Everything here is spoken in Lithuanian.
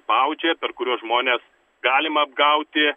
spaudžia per kuriuos žmones galima apgauti